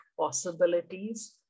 possibilities